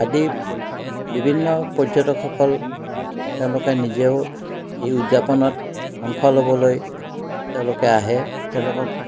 আদি বিভিন্ন পৰ্যটকসকল তেওঁলোকে নিজেও এই উদযাপনত অংশ ল'বলৈ তেওঁলোকে আহে তেওঁলোকক